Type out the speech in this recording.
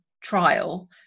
trial